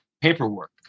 paperwork